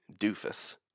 doofus